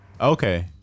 Okay